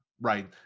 right